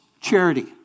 charity